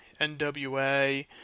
NWA